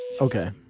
Okay